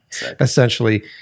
essentially